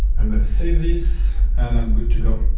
i'm going to save this and i'm good to go.